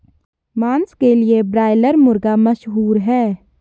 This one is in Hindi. मांस के लिए ब्रायलर मुर्गा मशहूर है